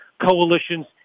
Coalition's